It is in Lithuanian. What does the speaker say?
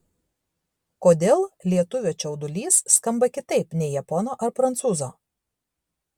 kodėl lietuvio čiaudulys skamba kitaip nei japono ar prancūzo